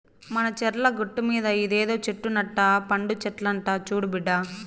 మన చర్ల గట్టుమీద ఇదేదో చెట్టు నట్ట పండు చెట్లంట చూడు బిడ్డా